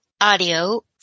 audio